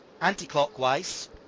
anti-clockwise